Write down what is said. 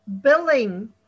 billing